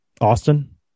Austin